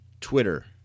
twitter